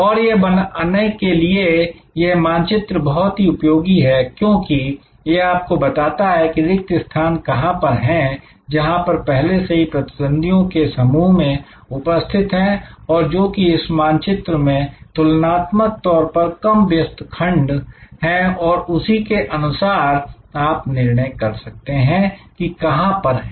और यह बनाने के लिए यह मानचित्र बहुत ही उपयोगी है क्योंकि यह आपको बताता है की रिक्त स्थान कहां पर है जहां पर पहले से ही प्रतिद्वंदीयो के समूह में उपस्थित हैं और जो कि इस मानचित्र में तुलनात्मक तौर पर कम व्यस्त खंड है और उसी के अनुसार आप निर्णय कर सकते हैं की कहां पर है